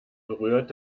berührt